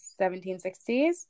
1760s